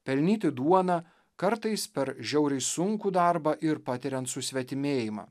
pelnyti duoną kartais per žiauriai sunkų darbą ir patiriant susvetimėjimą